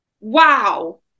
wow